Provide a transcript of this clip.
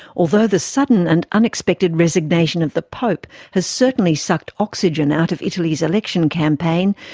although the sudden and unexpected resignation of the pope has certainly sucked oxygen out of italy's election campaign,